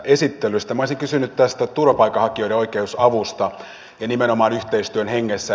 olisin kysynyt turvapaikanhakijoiden oikeusavusta ja nimenomaan yhteistyön hengessä